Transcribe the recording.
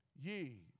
ye